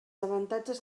avantatges